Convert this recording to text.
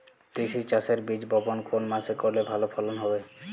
তিসি চাষের বীজ বপন কোন মাসে করলে ভালো ফলন হবে?